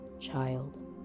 Child